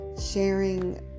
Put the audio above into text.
sharing